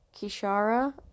Kishara